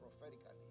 prophetically